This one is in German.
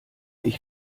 ich